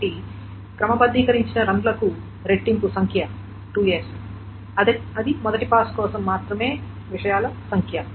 కాబట్టి క్రమబద్ధీకరించబడిన రన్ లకు రెట్టింపు సంఖ్య 2s అది మొదటి పాస్ కోసం మాత్రమే విషయాల సంఖ్య